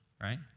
right